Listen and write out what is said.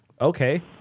okay